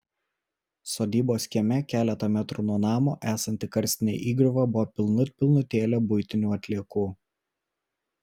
sodybos kieme keletą metrų nuo namo esanti karstinė įgriuva buvo pilnut pilnutėlė buitinių atliekų